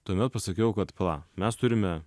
tuomet pasakiau kad pala mes turime